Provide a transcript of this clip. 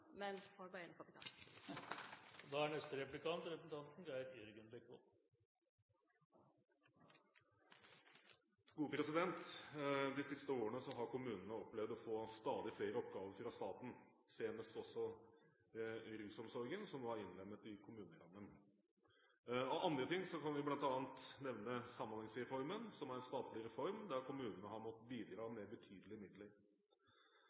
men med arbeidande kapital. De siste årene har kommunene opplevd å få stadig flere oppgaver fra staten, senest også rusomsorgen, som nå er innlemmet i kommunerammen. Av andre ting kan vi bl.a. nevne samhandlingsreformen, som er en statlig reform, der kommunene har måttet bidra med betydelige midler.